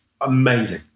amazing